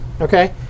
okay